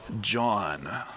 John